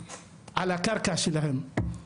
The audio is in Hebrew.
על הקרקע שלהם,